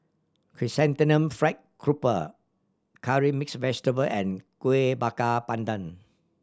Chrysanthemum Fried Grouper curry mix vegetable and Kuih Bakar Pandan